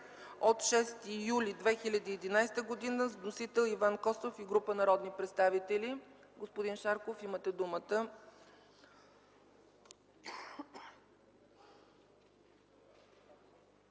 от 6 юли 2011 г., с вносител Иван Костов и група народни представители. Господин Шарков, имате думата.